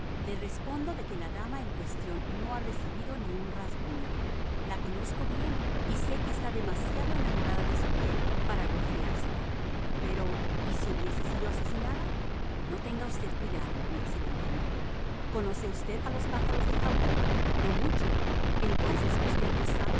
le respondo de que la dama en cuestión no ha recibido ni un rasguño la conozco bien y sé que está demasiado enamorada de su piel para agujereársela pero y si hubiese sido asesinada no tenga usted cuidado mi excelente amigo conoce usted a los pájaros de jaula no mucho entonces usted no sabe